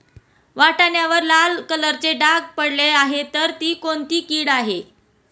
वाटाण्यावर लाल कलरचे डाग पडले आहे तर ती कोणती कीड आहे?